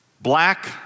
Black